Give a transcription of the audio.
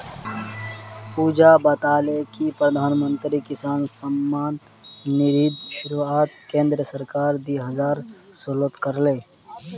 पुजा बताले कि प्रधानमंत्री किसान सम्मान निधिर शुरुआत केंद्र सरकार दी हजार सोलत कर ले